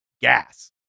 gas